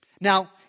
Now